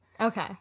Okay